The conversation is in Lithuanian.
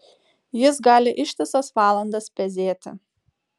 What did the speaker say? jis gali ištisas valandas pezėti